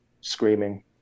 screaming